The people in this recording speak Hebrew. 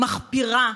מחפירה,